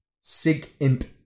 sig-int